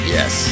Yes